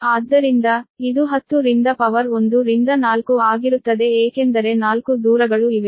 ಆದ್ದರಿಂದ ಇದು 10 ರಿಂದ ಪವರ್ 1 ರಿಂದ 4 ಆಗಿರುತ್ತದೆ ಏಕೆಂದರೆ 4 ದೂರಗಳು ಇವೆ